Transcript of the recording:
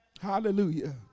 Hallelujah